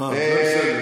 זה בסדר.